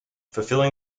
fulfilling